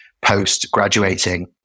post-graduating